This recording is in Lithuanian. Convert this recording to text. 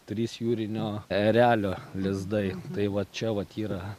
trys jūrinio erelio lizdai tai va čia vat yra